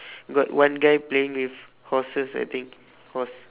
got one guy playing with horses I think horse